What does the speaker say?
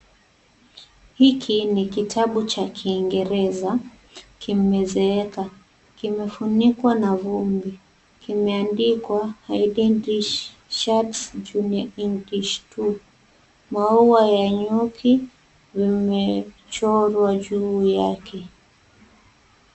Hiki ni kitabu cha kiingereza kimezeeka. Kimefunikwa na vumbi. Kimeandikwa Hayden Richards junior English two . Maua ya nyuki vimechorwa juu yake.